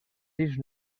sis